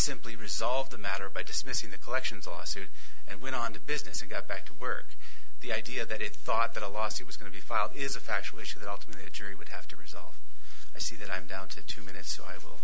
simply resolve the matter by dismissing the collections lawsuit and went on the business and got back to work the idea that it thought that a lawsuit was going to be filed is a factual issue that alternate jury would have to resolve i see that i'm down to two minutes so i will